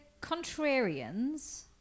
contrarians